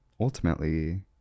ultimately